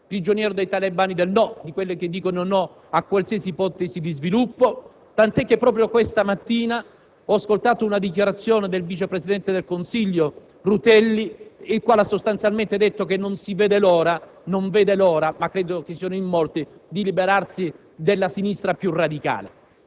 prigioniero, dei talebani del no, di quelli che dicono no a qualsiasi ipotesi di sviluppo, tanto che proprio questa mattina ho ascoltato una dichiarazione del vice presidente del Consiglio Rutelli, il quale ha sostanzialmente detto che non vede l'ora - ma credo che siano in molti - di liberarsi della sinistra più radicale.